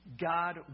God